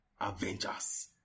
Avengers